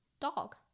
dog